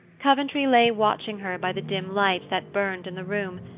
coventry lay watching her by the dim light that burned in the room,